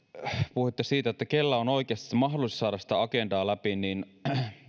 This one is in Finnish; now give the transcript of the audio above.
puhuitte siitä keillä on oikeasti mahdollisuus saada sitä agendaa läpi niin